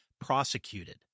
prosecuted